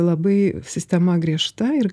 labai sistema griežta ir